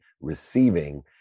receiving